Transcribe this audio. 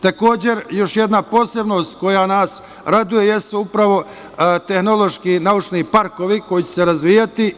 Takođe, još jedna posebnost koja nas raduje jesu upravo tehnološki i naučni parkovi koji će se razvijati.